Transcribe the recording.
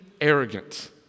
arrogant